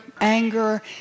anger